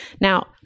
Now